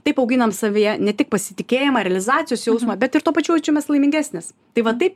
taip auginam savyje ne tik pasitikėjimą realizacijos jausmą bet ir tuo pačiu jaučiamės laimingesnės tai va taip